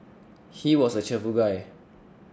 he was a cheerful guy